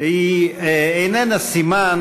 איננה סימן